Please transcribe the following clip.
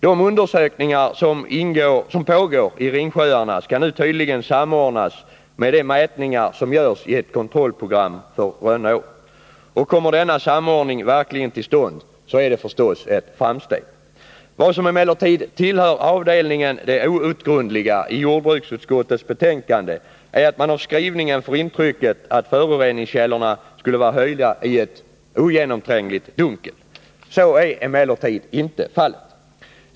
De undersökningar som pågår i Ringsjöarna skall nu tydligen samordnas med de mätningar som görs i ett kontrollprogram för Rönneå. Och kommer denna samordning verkligen till stånd så är det naturligtvis ett framsteg. Vad som emellertid tillhör avdelningen det outgrundliga i jordbruksutskottets betänkande är att man av skrivningen får intrycket att föroreningskällorna skulle vara höljda i ett ogenomträngligt dunkel. Så är emellertid inte fallet.